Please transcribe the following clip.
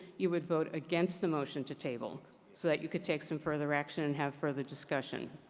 you would vote against the motion to table so that you could take some further action have further discussion.